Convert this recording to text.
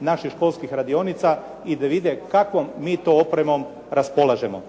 naših školskih radionica i da vide kakvom mi to opremom raspolažemo.